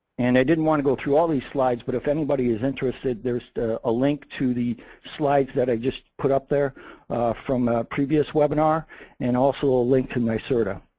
and i didn't wanna go through all these slides but if anybody is interested, there is so a link to the slides that i just put up there from a previous webinar and also a link to nyserda.